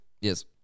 Yes